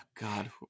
God